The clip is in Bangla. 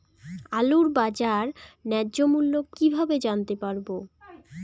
আলুর বাজার ন্যায্য মূল্য কিভাবে জানতে পারবো?